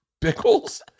pickles